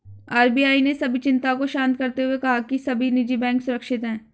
RBI ने सभी चिंताओं को शांत करते हुए कहा है कि सभी निजी बैंक सुरक्षित हैं